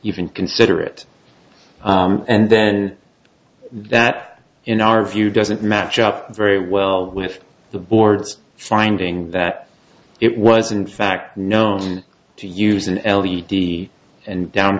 even consider it and then that in our view doesn't match up very well with the boards finding that it was in fact known and to use an l e d and down